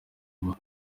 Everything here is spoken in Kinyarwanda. kuba